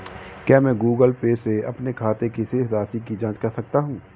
क्या मैं Google Pay से अपने खाते की शेष राशि की जाँच कर सकता हूँ?